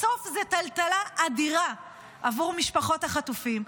בסוף זאת טלטלה אדירה עבור משפחות החטופים.